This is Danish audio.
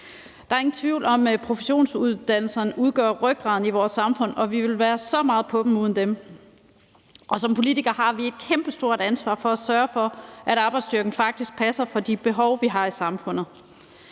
Der er ingen tvivl om, at professionsuddannelserne udgør rygraden i vores samfund, og vi ville være så meget på den uden dem. Som politikere har vi et kæmpestort ansvar for at sørge for, at arbejdsstyrken faktisk passer til de behov, vi har i samfundet.